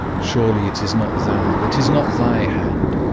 surely it is not thou, it is not thy hand.